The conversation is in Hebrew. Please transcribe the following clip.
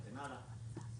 וכן הלאה.